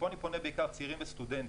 פה אני פונה בעיקר לצעירים ולסטודנטים,